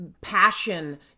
passion